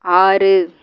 ஆறு